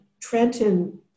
Trenton